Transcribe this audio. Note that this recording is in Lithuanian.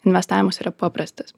investavimas yra paprastas